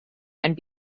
and